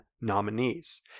nominees